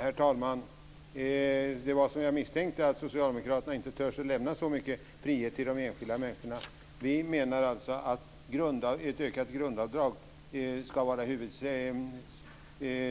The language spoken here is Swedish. Herr talman! Det var som jag misstänkte, att socialdemokraterna inte törs lämna så mycket frihet till de enskilda människorna. Vi menar alltså att ett ökat grundavdrag ska vara